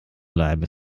bleiben